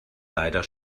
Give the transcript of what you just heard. leider